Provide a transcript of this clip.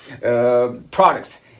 products